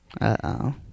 Uh-oh